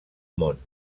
món